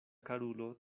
karulo